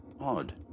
Odd